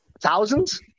Thousands